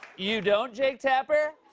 you don't, jake tapper?